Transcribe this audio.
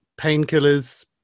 painkillers